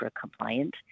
compliant